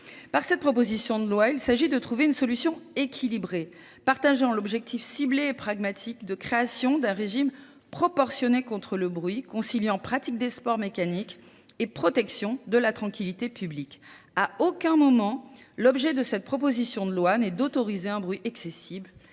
Par cette proposition de loi, il s'agit de trouver une solution équilibrée, partageant l'objectif ciblé et pragmatique de création d'un régime proportionné contre le bruit conciliant pratique des sports mécaniques et protection de la tranquillité publique. À aucun moment l'objet de cette proposition de loi n'est d'autoriser un bruit accessible